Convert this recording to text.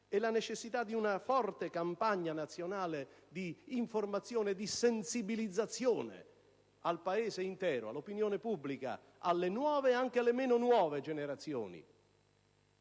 la necessità di una forte campagna nazionale di informazione e di sensibilizzazione al Paese intero, all'opinione pubblica, alle nuove e alle meno nuove generazioni.